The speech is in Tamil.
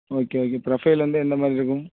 ஓகே ஓகே ப்ரொஃபைல் வந்து எந்த மாதிரி இருக்கும்